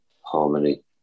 harmony